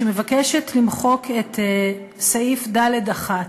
שמבקשת למחוק את סעיף קטן (ד)(1).